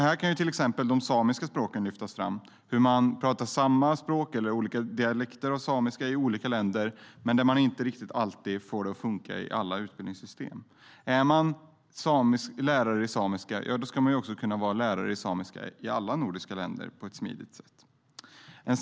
Här kan till exempel de samiska språken lyftas fram. Man pratar samma språk eller olika dialekter av samiska i olika länder, men man får det inte alltid riktigt att funka i alla utbildningssystem. Är man lärare i samiska ska man kunna vara det i alla nordiska länder på ett smidigt sätt.